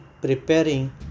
preparing